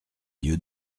lieu